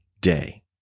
day